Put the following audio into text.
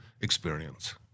experience